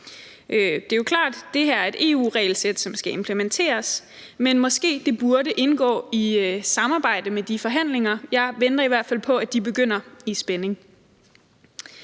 Det er jo klart, at det her er et EU-regelsæt, som skal implementeres, men måske det burde indgå i et samarbejde i de forhandlinger. Jeg venter i hvert fald på, at de begynder, i spænding.